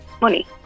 Money